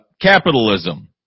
capitalism